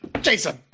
jason